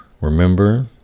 remember